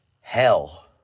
hell